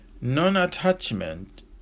Non-attachment